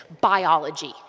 biology